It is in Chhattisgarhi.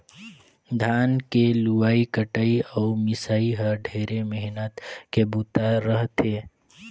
धान के लुवई कटई अउ मिंसई ह ढेरे मेहनत के बूता रह थे